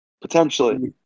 Potentially